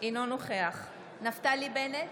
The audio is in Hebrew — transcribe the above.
אינו נוכח נפתלי בנט,